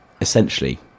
essentially